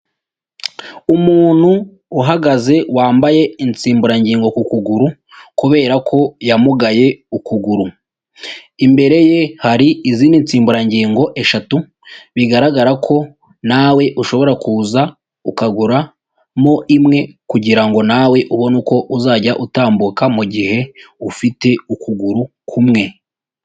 Umuntu uhagaze wambaye insimburangingo ku kuguru kubera ko yamugaye ukuguru. Imbere ye hari izindi nsimburangingo eshatu bigaragara ko nawe ushobora kuza ukagura mo imwe kugirango nawe ubone uko uzajya utambuka mugihe ufite ukuguru kumwe.